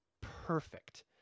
perfect